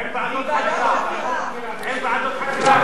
אין ועדות חקירה.